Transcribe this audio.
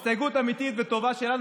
הסתייגות אמיתית וטובה שלנו,